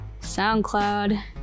SoundCloud